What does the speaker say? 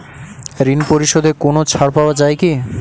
ঋণ পরিশধে কোনো ছাড় পাওয়া যায় কি?